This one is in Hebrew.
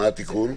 מה התיקון?